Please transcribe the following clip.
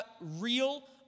real